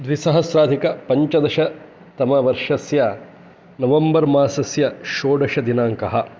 द्विसहस्राधिकपञ्चदशतमवर्षस्य नवम्बर् मासस्य षोडशदिनाङ्कः